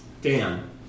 Dan